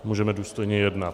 Můžeme důstojně jednat.